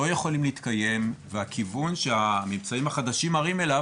לא יכולים להתקיים והכיוון שהממצאים החדשים לוקחים אליו